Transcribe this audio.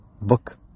book